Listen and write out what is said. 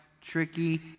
tricky